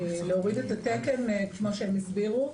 להוריד את התקן, כמו שהם הסבירו.